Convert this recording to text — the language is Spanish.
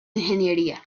ingeniería